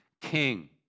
king